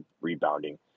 rebounding